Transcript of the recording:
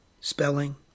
spelling